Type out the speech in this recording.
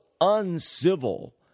uncivil